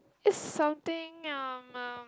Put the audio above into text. is something um um